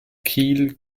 kiel